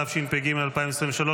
התשפ"ג 2023,